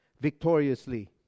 victoriously